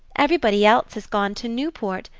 everybody else has gone to newport.